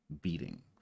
beating